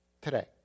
today